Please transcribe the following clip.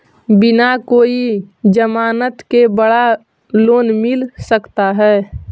बिना कोई जमानत के बड़ा लोन मिल सकता है?